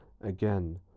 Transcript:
again